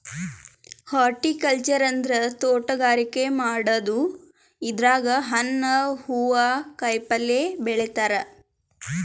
horticulture ಅಂದ್ರ ತೋಟಗಾರಿಕೆ ಮಾಡದು ಇದ್ರಾಗ್ ಹಣ್ಣ್ ಹೂವಾ ಕಾಯಿಪಲ್ಯ ಬೆಳಿತಾರ್